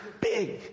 big